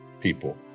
people